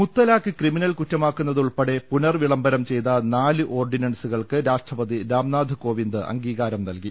മുത്തലാഖ് criminal കുറ്റമാക്കുന്നത് ഉൾപ്പെടെ പുനർ വിളംബരം ചെയ്ത നാല് ഓർഡിനൻസുകൾക്ക് രാഷ്ട്രപതി രാംനാഥ് കോവിന്ദ് അംഗീകാരം നൽകി